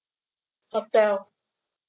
hotel